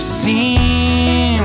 seem